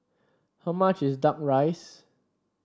how much is duck rice